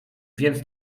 więc